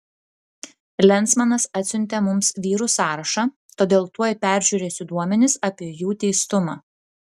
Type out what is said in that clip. lensmanas atsiuntė mums vyrų sąrašą todėl tuoj peržiūrėsiu duomenis apie jų teistumą